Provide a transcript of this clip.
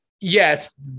Yes